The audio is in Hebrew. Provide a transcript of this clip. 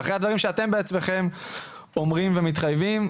ואחרי הדברים שאתם בעצמכם אומרים ומתחייבים.